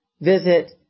visit